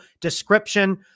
description